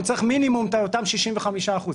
הוא יצטרך מינימום את אותם 65 אחוז,